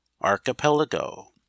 Archipelago